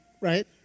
right